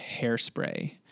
hairspray